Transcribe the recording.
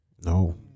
No